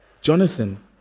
Jonathan